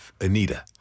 Anita